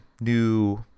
new